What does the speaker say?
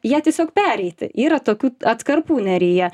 ją tiesiog pereiti yra tokių atkarpų neryje